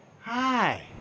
Hi